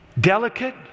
Delicate